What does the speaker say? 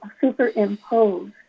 superimpose